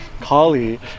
Kali